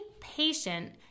patient